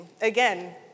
Again